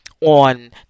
On